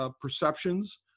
Perceptions